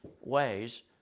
ways